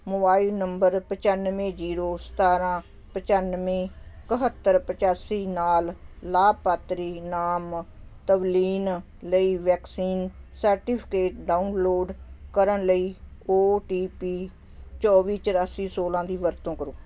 mobile number ਪਚਾਨਵੇਂ zero ਸਤਾਰਾਂ ਪਚਾਨਵੇਂ ਕਹੱਤਰ ਪਚਾਸੀ ਨਾਲ ਲਾਭਪਾਤਰੀ ਨਾਮ ਤਵਲੀਨ ਲਈ ਵੈਕਸੀਨ ਸਰਟੀਫਿਕੇਟ ਡਾਊਨਲੋਡ ਕਰਨ ਲਈ ਔ ਟੀ ਪੀ ਚੌਵੀ ਚੁਰਾਸੀ ਸੋਲ੍ਹਾਂ ਦੀ ਵਰਤੋਂ ਕਰੋ